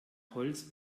holz